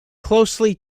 closely